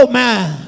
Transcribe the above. man